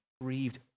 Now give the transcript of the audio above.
grieved